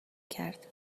کرد